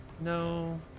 no